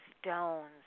stones